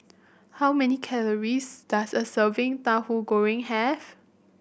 how many calories does a serving Tahu Goreng have